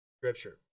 Scripture